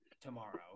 tomorrow